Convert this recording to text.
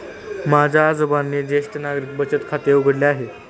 माझ्या आजोबांनी ज्येष्ठ नागरिक बचत खाते उघडले आहे